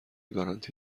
گارانتی